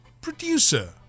producer